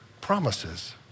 promises